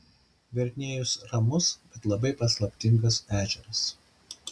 verniejus ramus bet labai paslaptingas ežeras